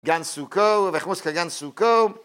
גן סוכו ויחמוס כגן סוכו